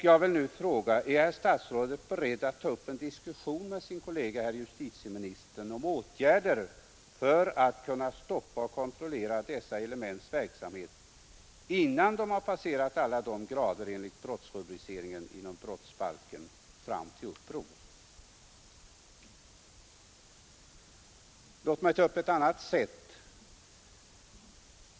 Jag vill nu a: Är herr statsrådet beredd att ta upp en diskussion med herr justitieministern om åtgärder för att kunna stoppa och kontrollera dessa elements verksamhet, innan de har passerat alla grader enligt brottsrubriceringen i brottsbalken fram till uppror? Låt mig ta upp en annan sak.